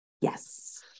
Yes